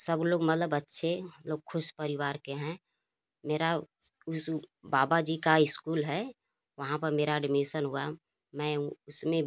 सब लोग मलब अच्छे खुश परिवार के हैं मेरा उस बाबाजी का स्कूल है वहाँ पर मेरा एडमिसन हुआ उसमें भी